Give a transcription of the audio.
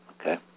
Okay